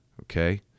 Okay